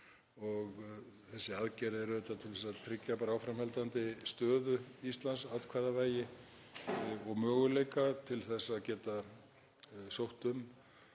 Þessi aðgerð er auðvitað til að tryggja áframhaldandi stöðu Íslands, atkvæðavægi og möguleika til að geta sótt um